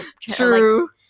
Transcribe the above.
true